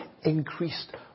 increased